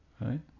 Right